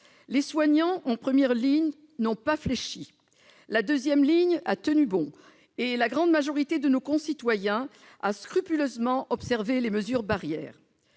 les soignants n'ont pas fléchi. La deuxième ligne a tenu bon. Et la grande majorité de nos concitoyens a scrupuleusement observé les mesures barrières.